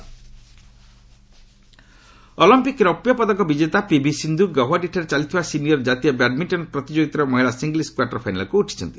revise badminton Olympic ରୌପ୍ୟ ପଦକ ବିଜେତା ପିଭିସିନ୍ଧୁ ଗୌହାଟି ଠାରେ ଚାଲିଥିବା ସିନିୟର ଜାତୀୟ ବ୍ୟାଡମିଷ୍ଟନ ପ୍ରତିଯୋଗିତାର ମହିଳା ସିଙ୍ଗଲ୍ସ କ୍ତାର୍ଟର ଫାଇନାଲକୁ ଉଠିଛନ୍ତି